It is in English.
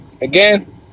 again